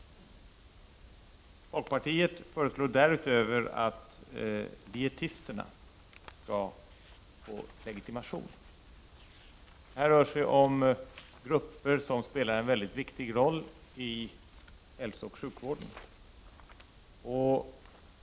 Folkpartiet föreslår därutöver att dietisterna skall få legitimation. Här rör det sig om grupper som spelar en viktig roll i hälsooch sjukvården.